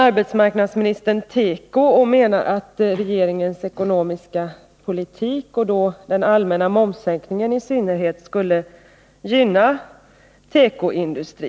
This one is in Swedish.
Arbetsmarknadsministern nämnde tekoindustrin och anförde att regeringens ekonomiska politik och i synnerhet den allmänna momssänkningen skulle gynna denna industri.